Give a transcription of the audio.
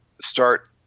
start